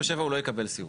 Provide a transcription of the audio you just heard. הוא לא יקבל סיעוד,